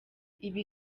ibi